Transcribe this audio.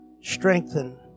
strengthen